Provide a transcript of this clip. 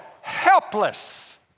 helpless